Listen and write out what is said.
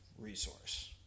resource